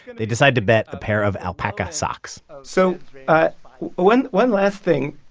they decided to bet a pair of alpaca socks so one one last thing.